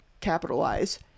capitalize